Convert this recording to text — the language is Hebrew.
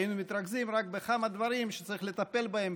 היינו מתרכזים רק בכמה דברים שצריך לטפל בהם,